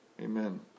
Amen